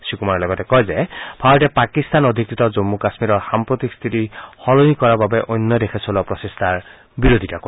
শ্ৰীকুমাৰে লগতে কয় যে ভাৰতে পাকিস্তান অধীকৃত জন্মু কাশ্মীৰৰ সাম্প্ৰতিক স্থিতি সলনি কৰাৰ বাবে অন্য দেশে চলোৱা প্ৰচেষ্টাৰ বিৰোধিতা কৰে